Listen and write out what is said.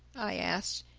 i asked,